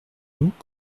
loup